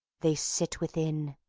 they sit within,